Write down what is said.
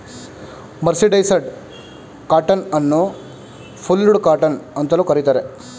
mercerised cotton ಅನ್ನು fulled cotton ಅಂತಲೂ ಕರಿತಾರೆ